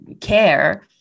care